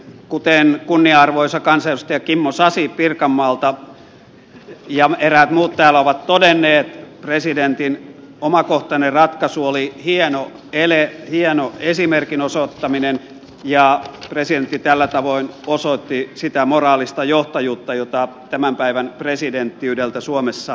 kuten kunnianarvoisa kansanedustaja kimmo sasi pirkanmaalta ja eräät muut täällä ovat todenneet presidentin omakohtainen ratkaisu oli hieno ele hieno esimerkin osoittaminen ja presidentti tällä tavoin osoitti sitä moraalista johtajuutta jota tämän päivän presidenttiydeltä suomessa odotetaan